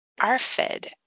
ARFID